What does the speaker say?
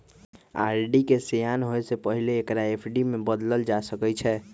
RD के सेयान होय से पहिले एकरा एफ.डी में न बदलल जा सकइ छै